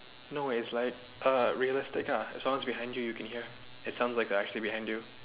no is like uh realistic ah someone's behind you can hear it sounds like they're actually behind you